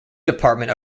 department